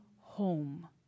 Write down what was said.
home